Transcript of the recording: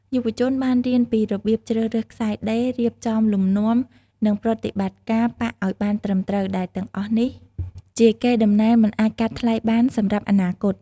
យុវជនបានរៀនពីរបៀបជ្រើសរើសខ្សែដេរ រៀបចំលំនាំ និងប្រតិបត្តិការប៉ាក់ឱ្យបានត្រឹមត្រូវ ដែលទាំងអស់នេះជា កេរដំណែលមិនអាចកាត់ថ្លៃបាន សម្រាប់អនាគត។